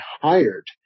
hired